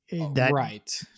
right